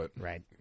right